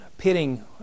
pitting